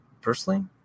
personally